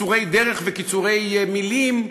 וקיצורי דרך וקיצורי מילים,